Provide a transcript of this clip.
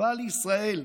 חשובה לישראל,